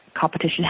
competition